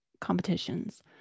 competitions